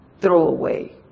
throwaway